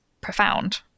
profound